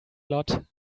lot